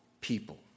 people